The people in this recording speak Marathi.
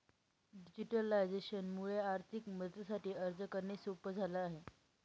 डिजिटलायझेशन मुळे आर्थिक मदतीसाठी अर्ज करणे सोप झाला आहे